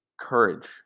Courage